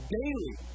daily